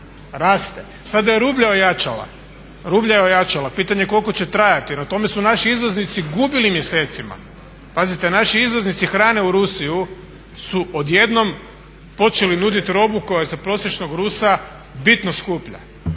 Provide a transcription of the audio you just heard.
raste. Sada je rublja ojačala, pitanja je koliko će trajati. Na tome su naši izvoznici gubili mjesecima. Pazite, naši izvoznici hrane u Rusiju su odjednom počeli nuditi robu koja je za prosječnog Rusa bitno skuplja.